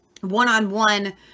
one-on-one